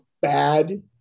bad